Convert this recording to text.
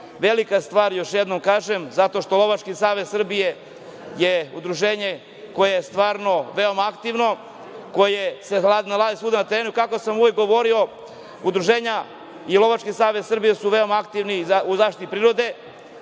urade. Velika stvar, još jednom kažem, zato što Lovački savez Srbije je udruženje koje je stvarno veoma aktivno, koje se nalazi svuda na terenu. Kako sam uvek govorio, udruženja i Lovački savez Srbije su veoma aktivni u zaštiti prirode,